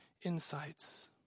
insights